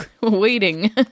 waiting